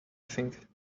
think